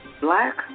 black